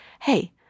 hey